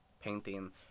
painting